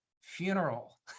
funeral